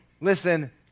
listen